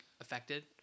affected